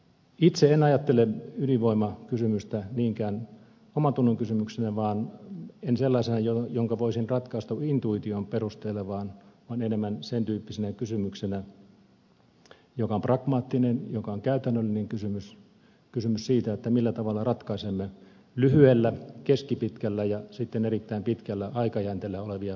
itse en ajattele ydinvoimakysymystä niinkään omantunnonkysymyksenä en sellaisena jonka voisin ratkaista intuition perusteella vaan enemmän sen tyyppisenä kysymyksenä joka on pragmaattinen joka on käytännöllinen kysymys kysymys siitä millä tavalla ratkaisemme lyhyellä keskipitkällä ja sitten erittäin pitkällä aikajänteellä olevia ongelmia